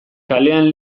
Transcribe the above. kalean